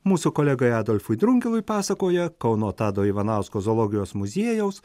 mūsų kolegai adolfui drungilui pasakoja kauno tado ivanausko zoologijos muziejaus